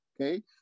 okay